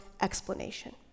explanation